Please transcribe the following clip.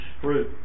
fruit